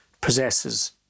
possesses